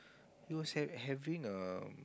he was ha~ having a